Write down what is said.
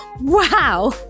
wow